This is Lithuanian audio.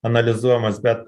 analizuojamas bet